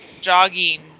jogging